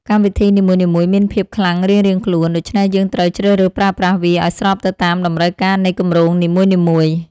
កម្មវិធីនីមួយៗមានភាពខ្លាំងរៀងៗខ្លួន ដូច្នេះយើងត្រូវជ្រើសរើសប្រើប្រាស់វាឱ្យស្របទៅតាមតម្រូវការនៃគម្រោងនីមួយៗ។